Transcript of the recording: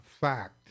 fact